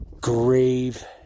grave